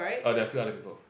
uh there are a few other people